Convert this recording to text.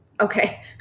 Okay